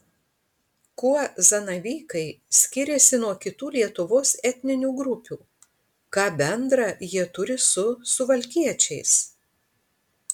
kuo zanavykai skiriasi nuo kitų lietuvos etninių grupių ką bendra jie turi su suvalkiečiais